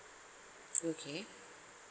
okay